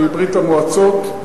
מברית-המועצות,